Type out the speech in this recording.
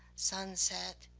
sunset,